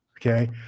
Okay